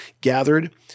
gathered